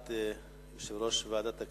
הודעת יושב-ראש ועדת הכנסת,